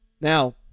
Now